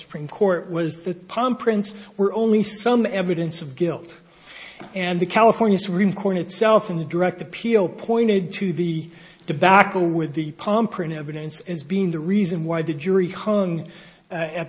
supreme court was that palm prints were only some evidence of guilt and the california supreme court itself in the direct appeal pointed to the debacle with the palm print evidence as being the reason why the jury